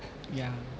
yeah